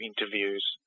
interviews